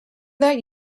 that